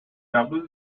double